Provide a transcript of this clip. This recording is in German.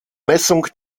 messung